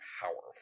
powerful